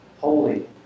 holy